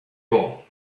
goal